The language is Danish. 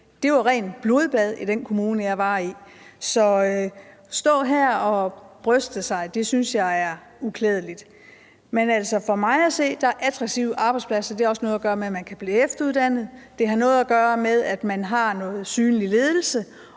Det var et rent blodbad i den kommune, jeg var i. Så at stå her og bryste sig af det synes jeg er uklædeligt. For mig at se har attraktive arbejdspladser også noget at gøre med, at man kan blive efteruddannet. Det har noget at gøre med, at man har en synlig ledelse,